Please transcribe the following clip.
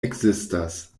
ekzistas